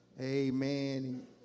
Amen